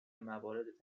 موارد